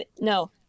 no